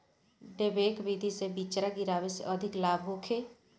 डेपोक विधि से बिचरा गिरावे से अधिक लाभ होखे?